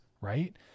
right